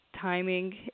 Timing